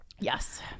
Yes